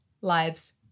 Lives